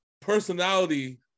personality